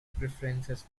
preferences